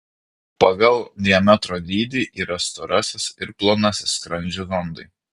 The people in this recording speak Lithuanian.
pagal diametro dydį yra storasis ir plonasis skrandžio zondai